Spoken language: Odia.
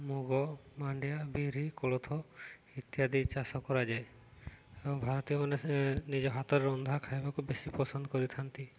ମୁଗ ମାଣ୍ଡିଆ ବିରି କୋଳଥ ଇତ୍ୟାଦି ଚାଷ କରାଯାଏ ଓ ଭାରତୀୟମାନେ ନିଜ ହାତରେ ରନ୍ଧା ଖାଇବାକୁ ବେଶୀ ପସନ୍ଦ କରିଥାନ୍ତି